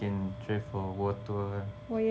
can for world tour